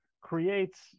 creates